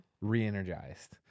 re-energized